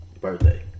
birthday